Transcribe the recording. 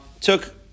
took